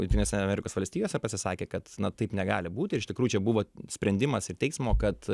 jungtinėse amerikos valstijose pasisakė kad taip negali būti ir iš tikrųjų čia buvo sprendimas ir teismo kad